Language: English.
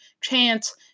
chance